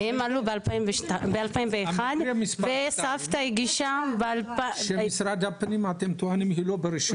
הם עלו ב-2001 וסבתא הגישה --- משרד הפנים טוענים שהיא לא ברשימה.